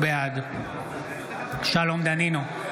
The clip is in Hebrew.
בעד שלום דנינו,